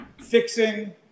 fixing